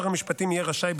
שר המשפטים יהיה רשאי,